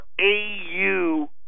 AU